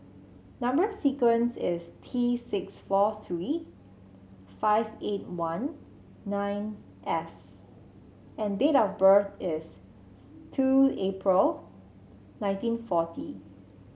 number sequence is T six four three five eight one nine S and date of birth is two April nineteen forty